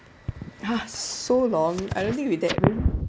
!huh! so long I don't think it'll be that